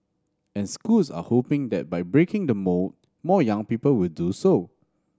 and schools are hoping that by breaking the mould more young people will do so